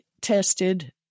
tested